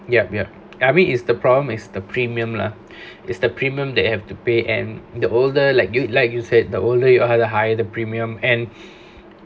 yup yup I mean is the problem is the premium lah is the premium that have to pay and the older like you like you said the older you are the higher the premium and